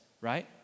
right